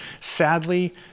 Sadly